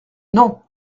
non